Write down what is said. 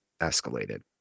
escalated